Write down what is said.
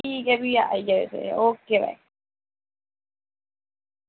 ठीक ऐ फ्ही आई जाएओ सवेरै ओके